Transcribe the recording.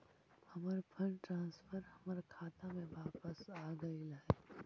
हमर fund transfer हमर खाता में वापस आगईल हे